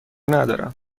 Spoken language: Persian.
ندارم